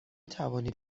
توانید